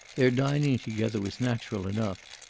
their dining together was natural enough.